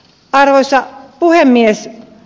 arvoisa puhemies